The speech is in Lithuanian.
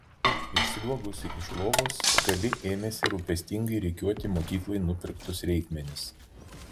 išsliuogusi iš lovos kali ėmėsi rūpestingai rikiuoti mokyklai nupirktus reikmenis